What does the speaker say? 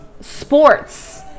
sports